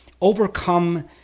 overcome